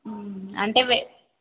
అంటే వే